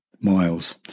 miles